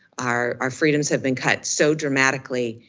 our our freedoms have been cut so dramatically,